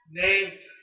named